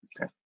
Okay